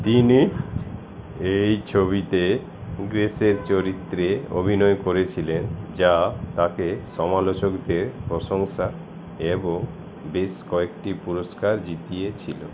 তিনি এই ছবিতে গ্রেস এর চরিত্রে অভিনয় করেছিলেন যা তাঁকে সমালোচকদের প্রশংসা এবং বেশ কয়েকটি পুরস্কার জিতিয়েছিলো